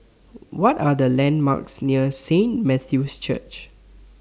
What Are The landmarks near Saint Matthew's Church